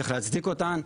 צריך להצדיק אותן,